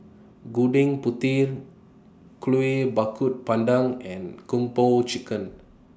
Gudeg Putih Kuih Bakar Pandan and Kung Po Chicken